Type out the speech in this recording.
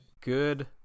good